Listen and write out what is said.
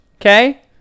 Okay